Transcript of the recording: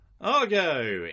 Argo